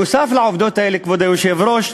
נוסף על העובדות האלה, כבוד היושב-ראש,